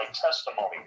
testimony